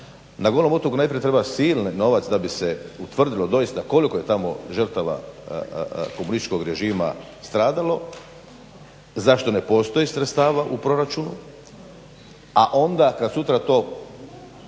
Na Golom otoku najprije treba silni novac da bi se utvrdilo doista koliko je tamo žrtava komunističkog režima stradalo, zašto ne postoji sredstava u proračunu, a onda kad sutra o